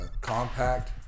compact